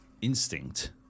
instinct